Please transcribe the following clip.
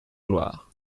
gloire